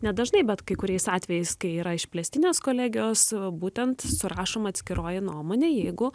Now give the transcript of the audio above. nedažnai bet kai kuriais atvejais kai yra išplėstinės kolegijos būtent surašoma atskiroji nuomonė jeigu